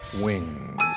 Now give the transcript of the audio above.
wings